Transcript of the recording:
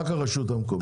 רק הרשות המקומית.